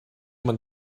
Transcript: man